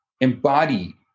embody